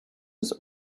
des